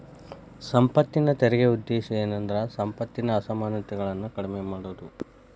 ಸಂಪತ್ತಿನ ತೆರಿಗೆ ಉದ್ದೇಶ ಏನಂದ್ರ ಸಂಪತ್ತಿನ ಅಸಮಾನತೆಗಳನ್ನ ಕಡಿಮೆ ಮಾಡುದು